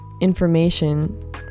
information